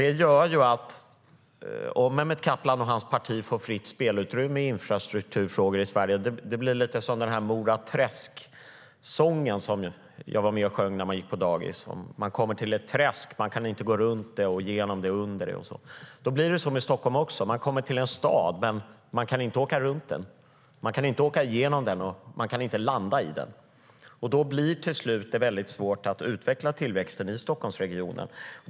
Det gör att det, om Mehmet Kaplan och hans parti får fritt spelrum i infrastrukturfrågor i Sverige, blir lite som den där Mora Träsk-sången jag var med och sjöng när jag gick på dagis. Den handlar om att man kommer till ett träsk och att man inte kan gå runt det, inte gå genom det och inte gå under det. Det blir så i Stockholm också: Man kommer till en stad, men man kan inte åka runt den, inte åka genom den och inte landa i den. Då blir det till slut väldigt svårt att utveckla tillväxten i Stockholmsregionen.